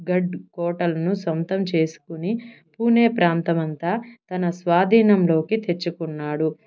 గఢ్ కోటలను సొంతం చేసుకొని పూణే ప్రాంతం అంతా తన స్వాధీనంలోకి తెచ్చుకున్నాడు